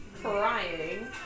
crying